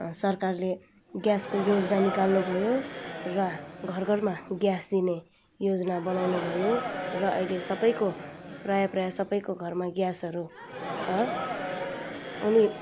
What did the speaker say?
सरकारले ग्यासको योजना निकालनु भयो र घर घरमा ग्यास दिने योजना बनाउनु भयो र अहिले सबैको प्राय प्राय सबैको घरमा ग्यासहरू छ अनि